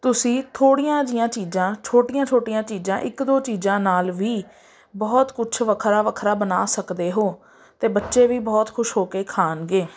ਤੁਸੀਂ ਥੋੜ੍ਹੀਆਂ ਜਿਹੀਆਂ ਚੀਜ਼ਾਂ ਛੋਟੀਆਂ ਛੋਟੀਆਂ ਚੀਜ਼ਾਂ ਇੱਕ ਦੋ ਚੀਜ਼ਾਂ ਨਾਲ ਵੀ ਬਹੁਤ ਕੁਛ ਵੱਖਰਾ ਵੱਖਰਾ ਬਣਾ ਸਕਦੇ ਹੋ ਅਤੇ ਬੱਚੇ ਵੀ ਬਹੁਤ ਖੁਸ਼ ਹੋ ਕੇ ਖਾਣਗੇ